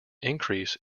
increase